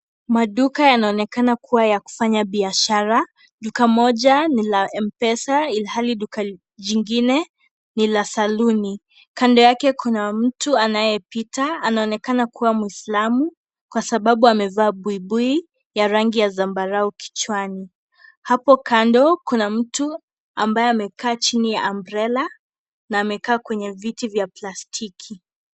Maduka yanaonekana kuwa ya kufanya biashara, duka Moja ni la Mpesa ilihali duka jingine ni la salon kando yake Kuna mtu anayepita anaonekana kuwa muislamu kwa sababu amevaa buibui ya rangi ya zambarau kichwani. Hapo kando Kuna mtu ambaye amekaa chini ya umbrella na amekaa kwenye viti vya plastiki.